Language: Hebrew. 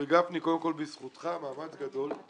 גפני, קודם כול בזכותך, מאמץ גדול.